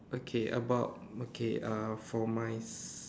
okay about okay uh for my~